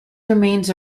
remains